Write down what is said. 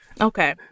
Okay